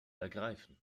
ergreifen